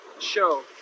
show